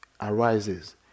arises